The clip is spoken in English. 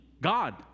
God